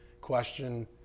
question